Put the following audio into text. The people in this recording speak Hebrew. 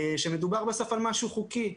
מדובר בסוף על משהו חוקי.